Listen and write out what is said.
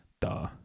duh